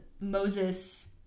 Moses